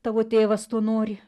tavo tėvas to nori